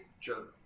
Sure